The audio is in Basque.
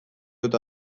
eta